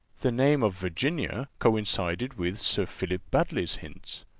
the name of virginia coincided with sir philip baddely's hints,